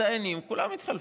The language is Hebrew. בדיינים כולם התחלפו,